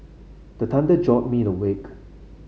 the thunder jolt me awake